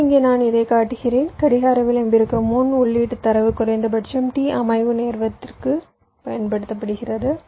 எனவே இங்கே நான் இதைக் காட்டுகிறேன் கடிகார விளிம்பிற்கு முன் உள்ளீட்டுத் தரவு குறைந்தபட்சம் t அமைவு நேரத்திற்குப் பயன்படுத்தப்படுகிறது